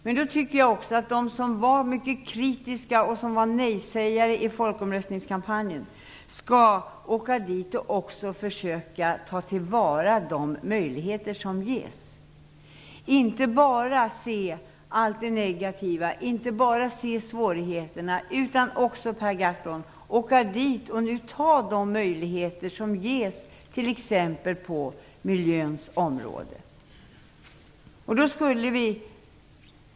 Jag tycker också att de som var mycket kritiska och som var nejsägare i folkomröstningskampanjen skall åka dit och försöka ta till vara de möjligheter som ges. De skall inte bara se allt det negativa och svårigheterna utan också, Per Gahrton, åka dit och ta de möjligheter som ges t.ex. på miljöns område.